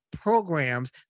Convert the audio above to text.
programs